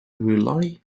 rely